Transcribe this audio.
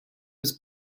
was